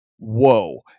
whoa